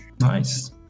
Nice